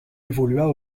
évolua